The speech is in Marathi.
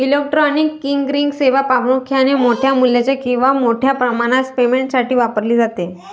इलेक्ट्रॉनिक क्लिअरिंग सेवा प्रामुख्याने मोठ्या मूल्याच्या किंवा मोठ्या प्रमाणात पेमेंटसाठी वापरली जाते